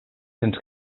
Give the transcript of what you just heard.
sents